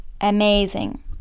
amazing